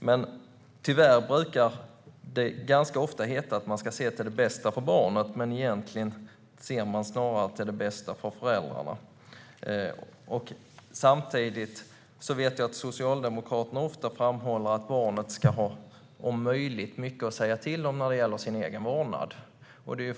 Det brukar ganska ofta heta att man ska se till det bästa för barnet, men egentligen ser man snarare till det bästa för föräldrarna. Samtidigt vet jag att Socialdemokraterna ofta framhåller att barnet ska ha, om möjligt, mycket att säga till om när det gäller sin egen vårdnad.